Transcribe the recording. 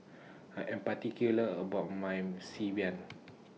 I Am particular about My Xi Ban